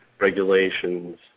regulations